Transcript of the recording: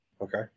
okay